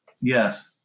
Yes